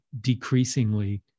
decreasingly